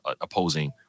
opposing